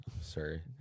Sorry